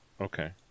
Okay